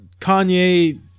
Kanye